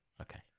okay